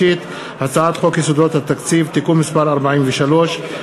הצעת חוק יסודות התקציב (תיקון מס' 43,